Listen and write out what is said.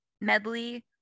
medley